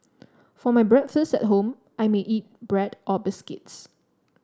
for my breakfast at home I may eat bread or biscuits